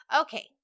Okay